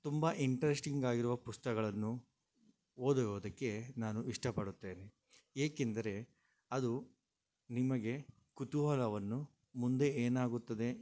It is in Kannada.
ತುಂಬ ಇಂಟ್ರೆಸ್ಟಿಂಗ್ ಆಗಿರುವ ಪುಸ್ತಕಗಳನ್ನು ಓದುವುದಕ್ಕೆ ನಾನು ಇಷ್ಟಪಡುತ್ತೇನೆ ಏಕೆಂದರೆ ಅದು ನಿಮಗೆ ಕುತೂಹಲವನ್ನು ಮುಂದೆ ಏನಾಗುತ್ತದೆ